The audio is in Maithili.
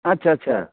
अच्छा अच्छा